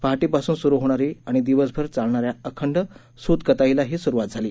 पहाटेपासून स्रू होणारी आणि दिवसभर चालणाऱ्या अखंड सूत कताईलाही स्रवात झाली